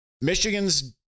Michigan's